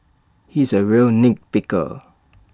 he is A real nit picker